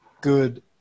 good